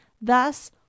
Thus